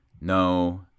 No